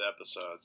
episodes